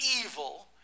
evil